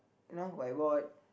you know whiteboard